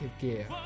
gear